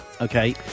Okay